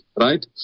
right